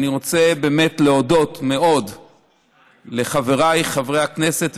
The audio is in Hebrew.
אני רוצה באמת להודות מאוד לחבריי חברי הכנסת.